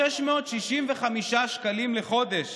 665 שקלים לחודש.